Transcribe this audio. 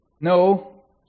No